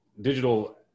digital